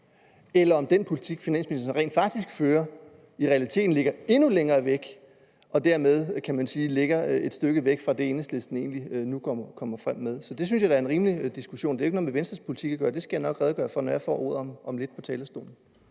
eller om den politik, finansministeren rent faktisk fører, i realiteten ligger endnu længere væk og dermed, kan man sige, et stykke væk fra det, som Enhedslisten egentlig nu kommer frem med. Det synes jeg da er en rimelig diskussion. Det har jo ikke noget med Venstres politik at gøre. Den skal jeg nok redegøre for, når jeg får ordet om lidt på talerstolen.